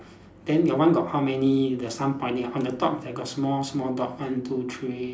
then your one got how many the sun pointing on the top like got small small dot one two three